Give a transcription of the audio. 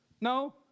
No